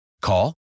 Call